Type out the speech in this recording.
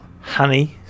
honey